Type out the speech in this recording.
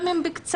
גם אם קצרה,